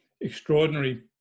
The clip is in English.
extraordinary